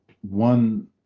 one